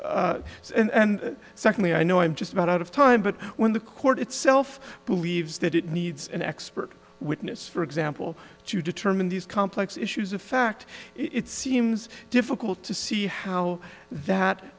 and secondly i know i'm just about out of time but when the court itself believes that it needs an expert witness for example to determine these complex issues of fact it seems difficult to see how that